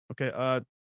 Okay